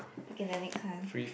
okay the next one